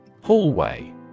Hallway